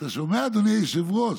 אתה שומע, אדוני היושב-ראש?